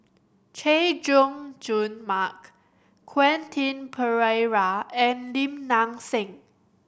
Chay Jung Jun Mark Quentin Pereira and Lim Nang Seng